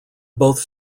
both